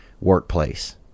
workplace